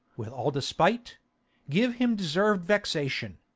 with all despite give him deserv'd vexation.